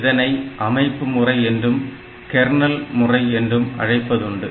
இதனை அமைப்பு முறை என்றும் கேர்னல் முறை என்றும் அழைப்பதுண்டு